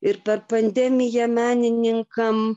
ir per pandemiją menininkam